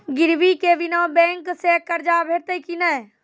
गिरवी के बिना बैंक सऽ कर्ज भेटतै की नै?